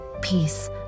peace